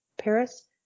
Paris